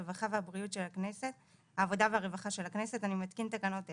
הרווחה והבריאות של הכנסת אני תקין תקנות אלה: